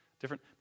Different